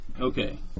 Okay